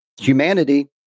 humanity